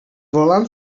volant